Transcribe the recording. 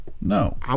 No